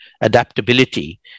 adaptability